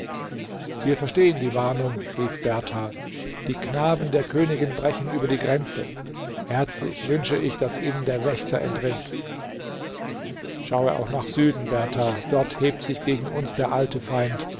wir verstehen die warnung rief berthar die knaben der königin brechen über die grenze herzlich wünsche ich daß ihnen der wächter entrinnt schaue auch nach süden berthar dort hebt sich gegen uns der alte feind